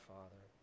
Father